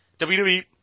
WWE